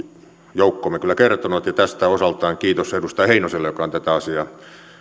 joukkomme kyllä kertoneet ja tästä osaltaan kiitos edustaja heinoselle joka on tätä asiaa